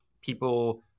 people